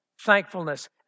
thankfulness